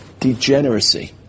degeneracy